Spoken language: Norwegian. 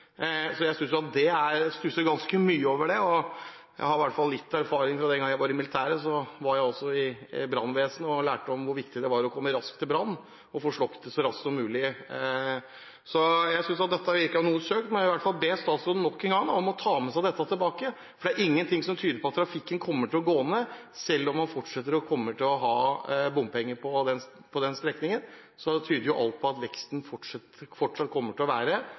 stusser ganske mye over svaret. Jeg har litt erfaring, fra den gangen jeg var i militæret. Da var jeg i brannvesenet og lærte om hvor viktig det var å komme raskt til branner og å få slukket dem så raskt som mulig. Så jeg synes dette virket noe søkt. Jeg vil nok en gang be statsråden om å ta med seg dette tilbake. Det er ingenting som tyder på at trafikken kommer til å gå ned, selv om man fortsatt kommer til å kreve bompenger på den strekningen. Alt tyder på at veksten vil fortsette, på tross av de forutsetninger som ligger der, og det som flertallet kommer til å